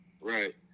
Right